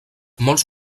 molts